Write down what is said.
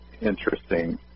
interesting